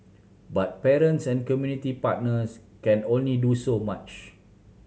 but parents and community partners can only do so much